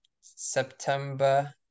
September